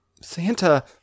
Santa